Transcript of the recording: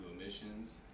emissions